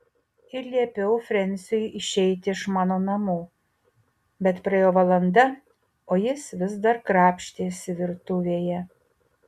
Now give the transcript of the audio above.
ir liepiau frensiui išeiti iš mano namų bet praėjo valanda o jis vis dar krapštėsi virtuvėje